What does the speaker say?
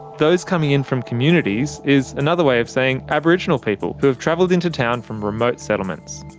those coming in from communities is another way of saying aboriginal people who have travelled into town from remote settlements.